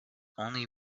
only